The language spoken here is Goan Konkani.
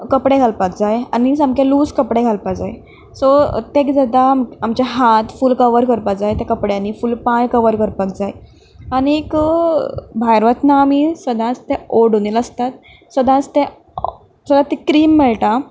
कपडे घालपाक जाय मिन्स सामके लूज कपडे घालपा जाय सो ते किदें जाता आमचे हात फूल कवर करपा जाय त्या कपड्यांनी फूल पांय कवर करपाक जाय आनीक भायर वतना आमी सदांच तें ओडोनील आसतात सदांच तें किंवा ती क्रीम मेळटा